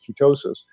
ketosis